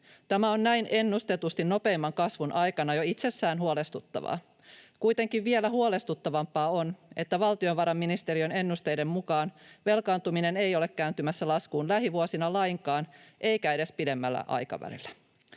Tämä on näin ennustetusti nopeimman kasvun aikana jo itsessään huolestuttavaa. Kuitenkin vielä huolestuttavampaa on, että valtiovarainministeriön ennusteiden mukaan velkaantuminen ei ole kääntymässä laskuun lainkaan lähivuosina eikä edes pidemmällä aikavälillä.